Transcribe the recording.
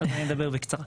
אני אדבר בקצרה.